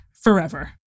forever